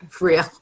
real